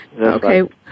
Okay